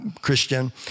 Christian